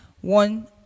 one